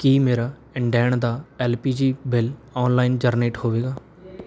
ਕੀ ਮੇਰਾ ਇੰਡੇਨ ਦਾ L P G bill online generate ਹੋਵੇਗਾ